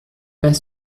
pas